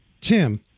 Tim